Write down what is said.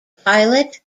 pilot